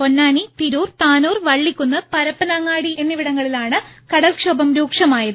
പൊന്നാനി തിരൂർ താനൂർ വള്ളിക്കുന്ന് പരപ്പനങ്ങാടി എന്നിവിടങ്ങളിലാണ് കടൽക്ഷോഭം രൂക്ഷമായത്